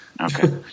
Okay